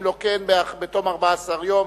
אם לא כן, בתום 14 יום